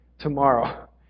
tomorrow